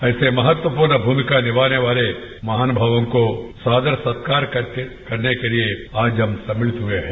ऐसे महत्वपूर्ण भूमिका निभाने वाले महानभावों को सादर सत्कार करने के लिए आज हम सम्मिलित हुए हैं